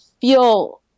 feel